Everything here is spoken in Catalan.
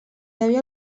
havia